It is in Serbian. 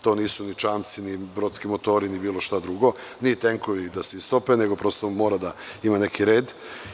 To nisu ni čamci, ni brodski motori ni bilo šta drugo, ni tenkovi da se istope, nego prosto mora da ima neki red.